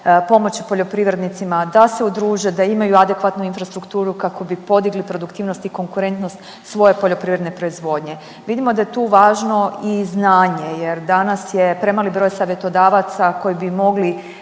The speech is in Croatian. pomoći poljoprivrednicima da se udruže, da imaju adekvatnu infrastrukturu kako bi podigli produktivnost i konkurentnost svoje poljoprivredne proizvodnje. Vidimo da da je tu važno i znanje jer danas je premali broj savjetodavaca koji bi mogli